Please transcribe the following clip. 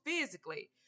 physically